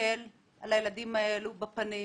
ופנים,